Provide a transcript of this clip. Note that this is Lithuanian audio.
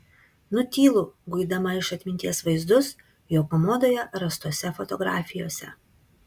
nutylu guidama iš atminties vaizdus jo komodoje rastose fotografijose